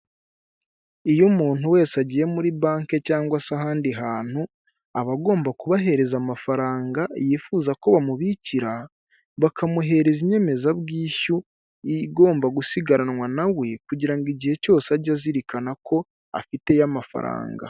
Iyo umuntu wese agiye muri banki cyangwa se ahandi hantu aba agomba kubahereza amafaranga yifuza ko bamubikira, bakamuhereza inyemezabwishyu igomba gusigaranwa na we, kugira ngo igihe cyose ajye azirikana ko afiteyo amafaranga.